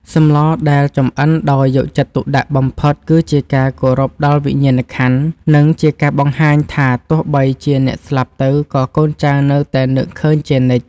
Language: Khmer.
សម្លដែលចម្អិនដោយយកចិត្តទុកដាក់បំផុតគឺជាការគោរពដល់វិញ្ញាណក្ខន្ធ និង ជាការបង្ហាញថាទោះបីជាអ្នកស្លាប់ទៅក៏កូនចៅនៅតែនឹកឃើញជានិច្ច។